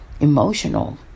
emotional